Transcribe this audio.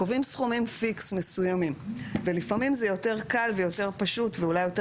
קובעים סכומים פיקס מסוימים ולפעמים זה יותר קל ויותר פשוט ואולי יותר